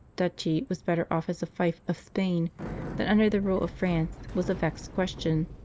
duchy was better off as a fief of spain than under the rule of france was a vexed question.